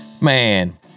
Man